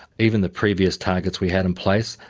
even the previous targets we had in place,